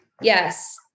Yes